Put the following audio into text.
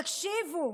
תקשיבו,